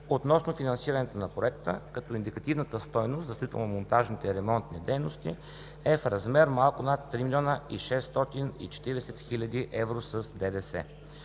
относно финансирането на Проекта, като индикативната стойност за строително монтажните ремонтни дейности е в размер малко над 3 млн. 640 хил. евро с ДДС.